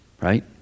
right